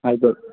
ಆಯಿತು